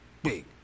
Big